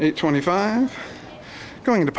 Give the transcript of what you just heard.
it twenty five going to